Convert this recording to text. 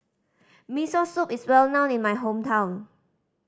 Miso Soup is well known in my hometown